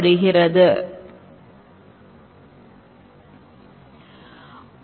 இங்குள்ள கருத்துகளைப் புரிந்துகொள்வதன் மூலம் மட்டும் use case model ஐ உருவாக்குவதற்கான நிபுணத்துவத்தை நாம் பெற முடியாது